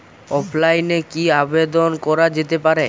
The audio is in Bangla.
অফলাইনে কি আবেদন করা যেতে পারে?